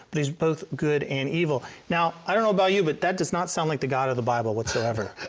but he's both good and evil. now, i don't know about you but that does not sound like the god of the bible whatsoever.